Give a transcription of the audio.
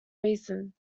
reason